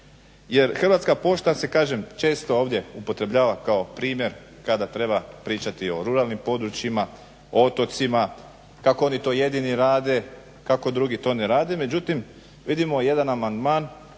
Jer Hrvatska pošta se kažem često ovdje upotrebljava kao primjer kada treba pričati o ruralnim područjima, o otocima, kako oni to jedini rade, kako drugi to ne rade, međutim vidimo jedan amandman